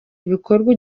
ibikorwa